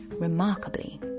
remarkably